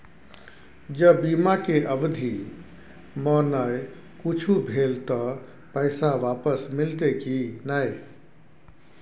ज बीमा के अवधि म नय कुछो भेल त पैसा वापस मिलते की नय?